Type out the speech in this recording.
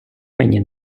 мені